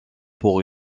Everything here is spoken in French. pour